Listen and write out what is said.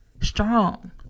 strong